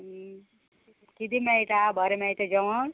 किदें मेळटा बरें मेळटा जेवण